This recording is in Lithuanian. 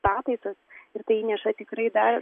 pataisos ir tai įneša tikrai dar